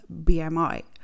bmi